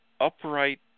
upright